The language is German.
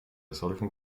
solchen